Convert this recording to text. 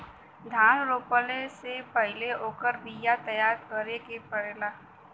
धान रोपला से पहिले ओकर बिया तैयार करे के पड़ेला